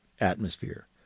atmosphere